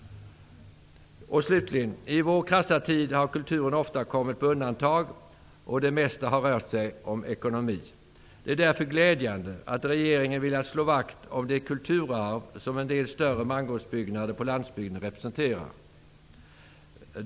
I vår krassa tid har kulturen ofta kommit på undantag. Det mesta har rört ekonomi. Det är därför glädjande att regeringen vill slå vakt om det kulturarv som en del större mangårdsbyggnader på landsbygden representerar.